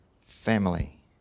family